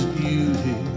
beauty